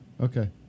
Okay